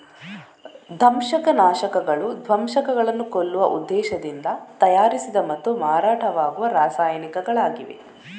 ದಂಶಕ ನಾಶಕಗಳು ದಂಶಕಗಳನ್ನು ಕೊಲ್ಲುವ ಉದ್ದೇಶದಿಂದ ತಯಾರಿಸಿದ ಮತ್ತು ಮಾರಾಟವಾಗುವ ರಾಸಾಯನಿಕಗಳಾಗಿವೆ